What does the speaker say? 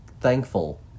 thankful